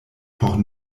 por